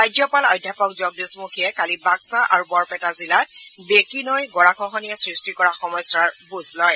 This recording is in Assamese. ৰাজ্যপাল অধ্যাপক জগদীশ মূখীয়ে কালি বাক্সা আৰু বৰপেটা জিলাত বেকী নৈৰ গৰাখহনীয়াই সৃষ্টি কৰা সমস্যাৰ বুজ লয়